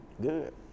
Good